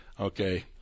Okay